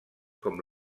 com